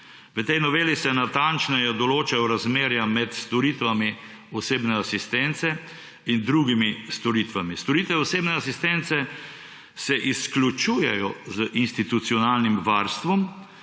V tej noveli se natančneje določajo razmerja med storitvami osebne asistence in drugimi storitvami. Storitve osebne asistence se izključujejo z institucionalnim varstvom,